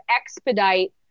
expedite